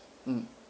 mm